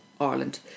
Ireland